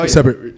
Separate